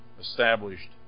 established